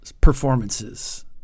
performances